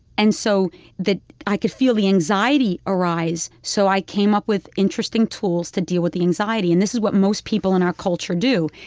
and so i could feel the anxiety arise, so i came up with interesting tools to deal with the anxiety. and this is what most people in our culture do.